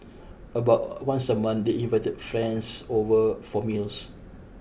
about once a month they invite friends over for meals